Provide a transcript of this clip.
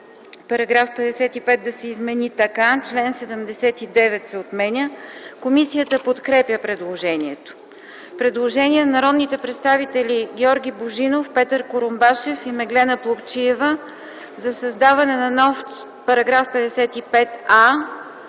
-§ 55 да се измени така: „§ 55. Член 79 се отменя”. Комисията подкрепя предложението. Предложение на народните представители Георги Божинов, Петър Курумбашев и Меглена Плугчиева за създаване на нов § 55а: